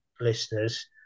listeners